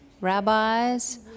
rabbis